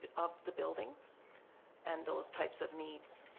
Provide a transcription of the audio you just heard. but of the building and those types of needs